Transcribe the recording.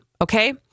okay